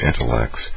intellects